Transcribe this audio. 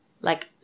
like-